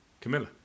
Camilla